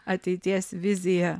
ateities vizija